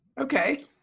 Okay